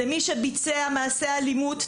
למי שביצע מעשה אלימות,